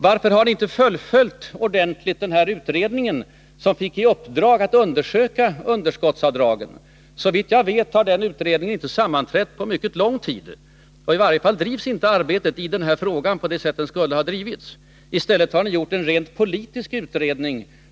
Varför har ni inte fullföljt den utredning som fick i uppdrag att undersöka underskottsavdragen? Såvitt jag vet har den utredningen inte sammanträtt på mycket länge, och i varje fall drivs inte arbetet i den här frågan så som det borde ha drivits. I stället har ni gjort en rent politisk utredning.